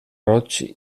roig